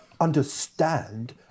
understand